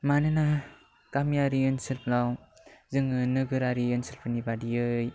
मानोना गामियारि ओनसोलफोराव जोङो नोगोरारि ओनसोलफोरनि बादियै